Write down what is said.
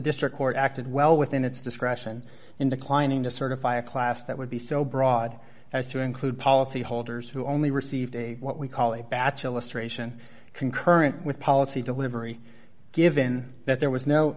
district court acted well within its discretion in declining to certify a class that would be so broad as to include policyholders who only received a what we call a bachelor stray ssion concurrent with policy delivery given that there was no